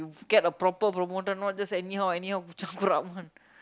get a proper promoter not just anyhow anyhow one